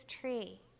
tree